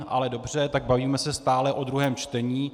Ale dobře, tak bavíme se stále o druhém čtení.